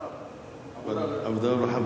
עבודה ורווחה.